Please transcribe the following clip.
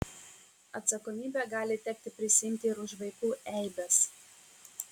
atsakomybę gali tekti prisiimti ir už vaikų eibes